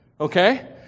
Okay